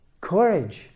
courage